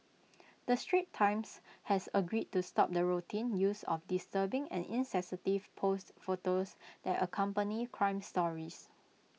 the straits times has agreed to stop the routine use of disturbing and insensitive posed photos that accompany crime stories